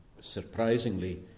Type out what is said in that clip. Surprisingly